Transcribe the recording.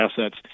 assets